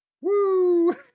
Woo